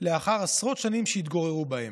לאחר עשרות שנים שהתגוררו בהן.